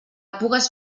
pugues